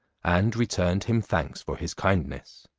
and returned him thanks for his kindness.